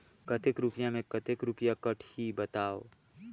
कतेक रुपिया मे कतेक रुपिया कटही बताव?